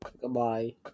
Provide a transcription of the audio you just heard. goodbye